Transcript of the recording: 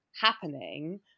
happening